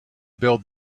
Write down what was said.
build